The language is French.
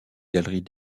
galeries